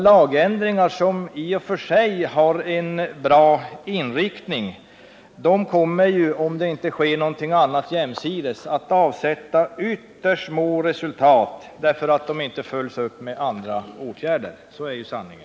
Lagändringar som i och för sig har en bra inriktning kommer ju, om det inte sker någonting annat jämsides med dem, att avsätta ytterst små resultat därför att de inte följs upp med andra åtgärder. Så är ju sanningen.